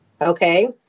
Okay